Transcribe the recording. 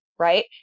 Right